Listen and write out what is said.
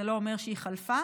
זה לא אומר שהיא חלפה,